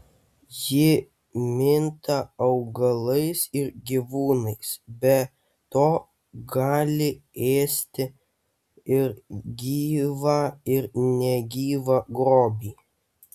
jie minta augalais ir gyvūnais be to gali ėsti ir gyvą ir negyvą grobį